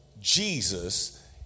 Jesus